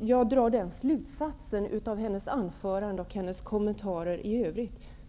Jag drar den slutsatsen av hennes anförande och kommentarer i övrigt.